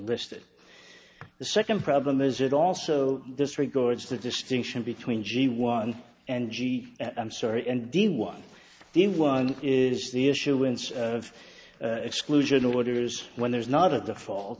listed the second problem is it also disregards the distinction between g one and g i'm sorry and the one the one is the issuance of exclusion orders when there's not of the fa